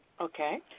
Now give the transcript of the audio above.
Okay